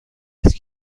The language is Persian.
است